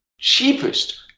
cheapest